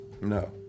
No